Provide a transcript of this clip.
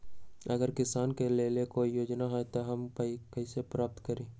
अगर किसान के लेल कोई योजना है त हम कईसे प्राप्त करी?